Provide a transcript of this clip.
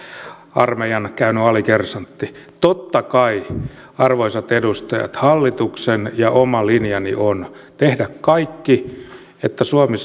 armeijan käynyt alikersantti totta kai arvoisat edustajat hallituksen linja ja oma linjani on tehdä kaikki että suomi